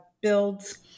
builds